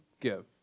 give